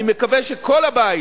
אני מקווה שכל הבית,